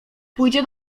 pójdzie